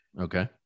Okay